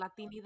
Latinidad